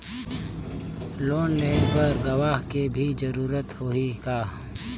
Loan लेहे बर गवाह के भी जरूरत होही का?